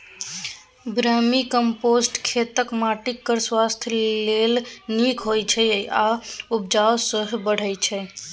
vermicompost खेतक माटि केर स्वास्थ्य लेल नीक होइ छै आ उपजा सेहो बढ़य छै